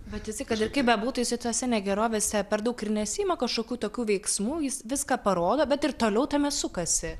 bet jisai kad ir kaip bebūtų jisai tose negerovėse per daug ir nesiima kašokių tokių veiksmų jis viską parodo bet ir toliau tame sukasi